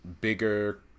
bigger